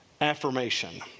affirmation